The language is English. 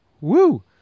Woo